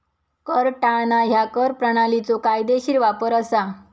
कर टाळणा ह्या कर प्रणालीचो कायदेशीर वापर असा